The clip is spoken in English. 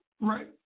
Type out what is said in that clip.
right